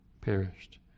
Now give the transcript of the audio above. perished